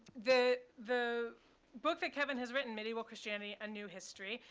the the book that kevin has written, medieval christianity, a new history,